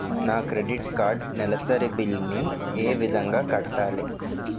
నా credit card నెలసరి bill ని ఏ విధంగా కట్టాలి?